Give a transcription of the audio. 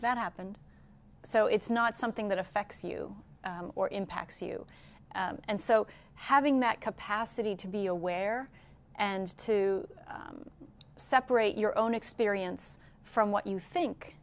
that happened so it's not something that affects you or impacts you and so having that capacity to be aware and to separate your own experience from what you think